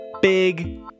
big